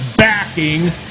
backing